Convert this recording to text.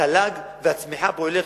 התל"ג והצמיחה יעלו,